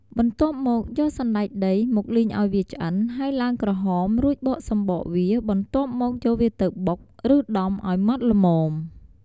បន្ទាប់មក យកសណ្ដែកដី មកលីងអោយវាឆ្អិន ហើយឡើងក្រហម រួចបកសម្បកវា បន្ទាប់មកយកវាទៅបុក ឬដំអោយម៉ត់ល្មម។